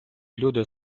люди